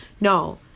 no